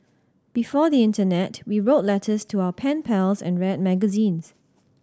before the internet we wrote letters to our pen pals and read magazines